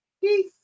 Peace